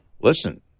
Listen